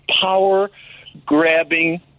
power-grabbing